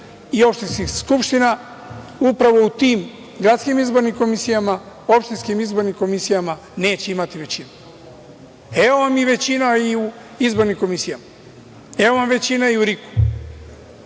i gradskih skupština, upravo u tim gradskim izbornim komisijama, opštinskim izbornim komisijama neće imati većinu. Evo, vam većina i u izbornim komisijama. Evo, vam većina i u RIK.